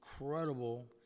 incredible